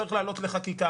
צריך להעלות לחקיקה,